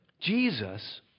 Jesus